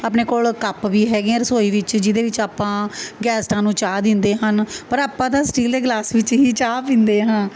ਆਪਣੇ ਕੋਲ ਕੱਪ ਵੀ ਹੈਗੇ ਹੈ ਰਸੋਈ ਵਿੱਚ ਜਿਹਦੇ ਵਿੱਚ ਆਪਾਂ ਗੈਸਟਾਂ ਨੂੰ ਚਾਹ ਦਿੰਦੇ ਹਨ ਪਰ ਆਪਾਂ ਤਾਂ ਸਟੀਲ ਦੇ ਗਲਾਸ ਵਿੱਚ ਹੀ ਚਾਹ ਪੀਂਦੇ ਹਾਂ